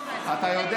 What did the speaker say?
אתה יודע